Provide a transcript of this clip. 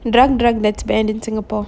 drug drug that's banned in singapore